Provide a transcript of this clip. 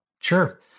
Sure